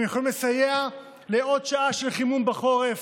הם יכולים לסייע לעוד שעה של חימום בחורף,